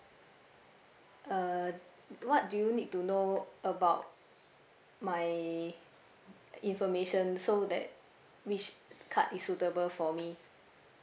uh what do you need to know about my information so that which card is suitable for me